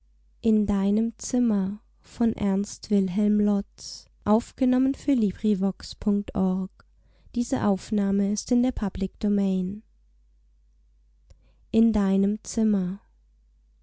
zimmer in deinem zimmer